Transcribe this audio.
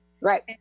Right